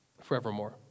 forevermore